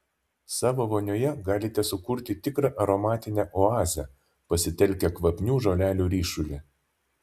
savo vonioje galite sukurti tikrą aromatinę oazę pasitelkę kvapnių žolelių ryšulį